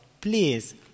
please